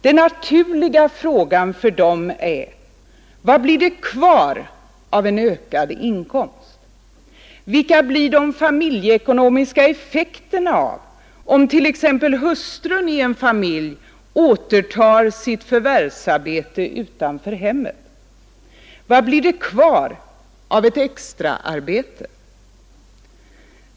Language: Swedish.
Den naturliga frågan för dessa människor är: Vad blir det kvar av en ökad inkomst, vilka blir de familjeekonomiska effekterna av att t.ex. hustrun i en familj återtar sitt förvärvsarbete utanför hemmet, vad blir det kvar av inkomster från ett extraarbete?